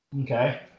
okay